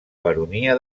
baronia